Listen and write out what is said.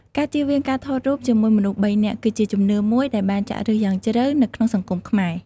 ការជៀសវាងការថតរូបជាមួយមនុស្សបីនាក់ គឺជាជំនឿមួយដែលបានចាក់ឫសយ៉ាងជ្រៅនៅក្នុងសង្គមខ្មែរ។